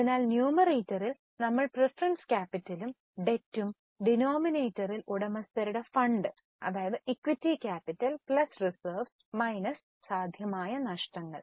അതിനാൽ ന്യൂമറേറ്ററിൽ നമ്മൾ പ്രീഫെറെൻസ് ക്യാപിറ്റലും ഡെട്ടും ഡിനോമിനേറ്ററിൽ ഉടമസ്ഥരുടെ ഫണ്ട് അതായത് equity capital plus reserves minus സാധ്യമായ നഷ്ടങ്ങൾ